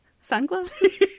sunglasses